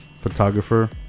photographer